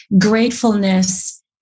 gratefulness